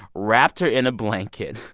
wrapped her in a blanket,